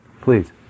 Please